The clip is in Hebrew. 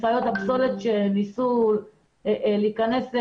משאיות הפסולת שניסו להיכנס לאיו"ש,